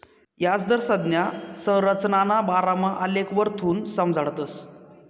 याजदर संज्ञा संरचनाना बारामा आलेखवरथून समजाडतस